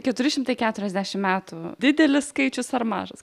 keturi šimtai keturiasdešim metų didelis skaičius ar mažas